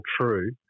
true